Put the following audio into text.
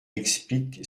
explique